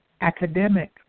Academic